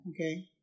okay